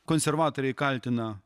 konservatoriai kaltina